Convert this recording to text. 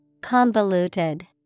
Convoluted